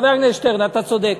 חבר הכנסת שטרן, אתה צודק.